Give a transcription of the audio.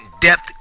depth